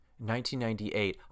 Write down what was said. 1998